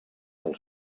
del